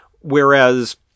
Whereas